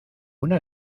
una